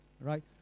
Right